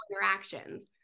interactions